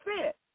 fit